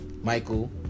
michael